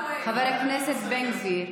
חבר הכנסת בן גביר,